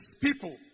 people